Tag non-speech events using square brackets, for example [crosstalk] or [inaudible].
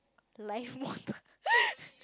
life motto [laughs]